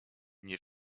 nie